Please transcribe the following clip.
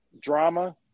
drama